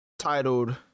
titled